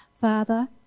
Father